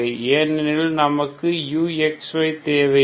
ஏனெனில் நமக்கு uxy தேவையில்லை